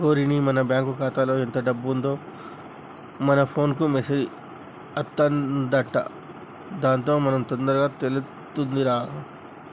ఓరిని మన బ్యాంకు ఖాతాలో ఎంత డబ్బు ఉందో మన ఫోన్ కు మెసేజ్ అత్తదంట దాంతో మనకి తొందరగా తెలుతుందిరా